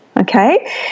Okay